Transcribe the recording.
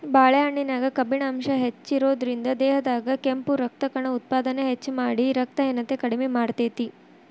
ಬಾಳೆಹಣ್ಣಿನ್ಯಾಗ ಕಬ್ಬಿಣ ಅಂಶ ಹೆಚ್ಚಿರೋದ್ರಿಂದ, ದೇಹದಾಗ ಕೆಂಪು ರಕ್ತಕಣ ಉತ್ಪಾದನೆ ಹೆಚ್ಚಮಾಡಿ, ರಕ್ತಹೇನತೆ ಕಡಿಮಿ ಮಾಡ್ತೆತಿ